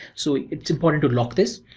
so it's important to lock this.